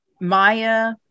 Maya